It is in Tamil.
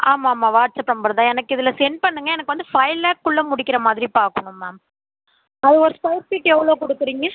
ஆமாம் ஆமாம் வாட்ஸ் ஆப் நம்பர் தான் எனக்கு இதில் சென்ட் பண்ணுங்கள் எனக்கு வந்து ஃபைவ் லேக்குள்ளே முடிக்கிற மாதிரி பார்க்கணும் மேம் அது ஒரு ஸ்கொயர் ஃபீட் எவ்வளோ கொடுக்குறீங்க